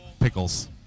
Pickles